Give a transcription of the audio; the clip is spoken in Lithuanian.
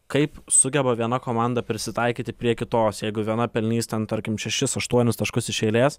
kaip sugeba viena komanda prisitaikyti prie kitos jeigu viena pelnys ten tarkim šešis aštuonis taškus iš eilės